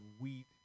wheat